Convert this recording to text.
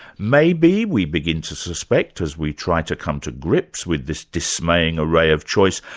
maybe, we begin to suspect as we try to come to grips with this dismaying array of choice,